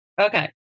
Okay